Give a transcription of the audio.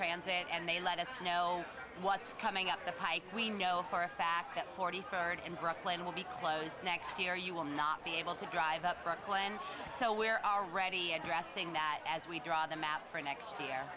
transit and they let us know what's coming up the pike we know for a fact that forty third and brooklyn will be closed next year you will not be able to drive up front when so we're already and dressing that as we draw them out for next year